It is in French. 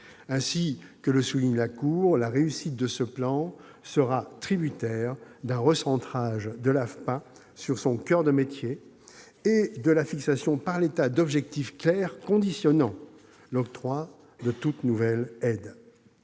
Comme le souligne la Cour des comptes, la réussite de ce plan sera tributaire d'un recentrage de l'AFPA sur son coeur de métier et de la fixation par l'État d'objectifs clairs conditionnant l'octroi de toute nouvelle aide.